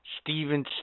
Steven